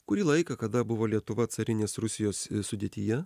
kurį laiką kada buvo lietuva carinės rusijos sudėtyje